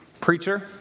preacher